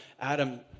Adam